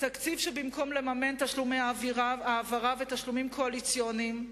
תקציב שבמקום לממן תשלומי העברה ותשלומים קואליציוניים,